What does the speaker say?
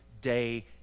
day